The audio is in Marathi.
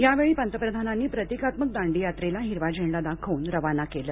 यावेळी पंतप्रधानांनी प्रतिकात्मक दांडीयात्रेला हिरवा झेंडा दाखवून रवाना केलं